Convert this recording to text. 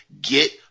Get